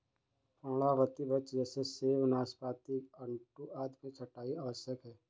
पर्णपाती वृक्ष जैसे सेब, नाशपाती, आड़ू आदि में छंटाई आवश्यक है